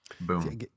Boom